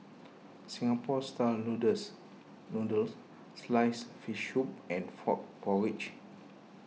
Singapore Style Noodles Noodles Sliced Fish Soup and Frog Porridge